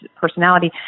personality